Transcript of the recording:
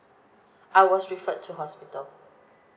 I was referred to hospital